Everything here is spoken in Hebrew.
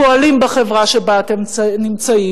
פועלים בחברה שבה אתם נמצאים,